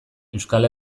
euskal